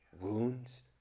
wounds